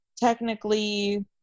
technically